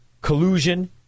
collusion